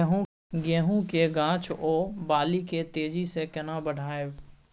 गेहूं के गाछ ओ बाली के तेजी से केना बढ़ाइब?